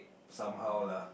somehow lah